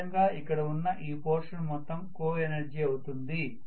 ఈ విధంగా ఇక్కడ ఉన్న ఈ పోర్షన్ మొత్తం కోఎనర్జీ అవుతుంది